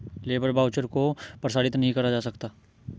labour voucher को प्रसारित नहीं करा जा सकता